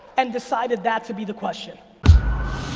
and decided that to be the question.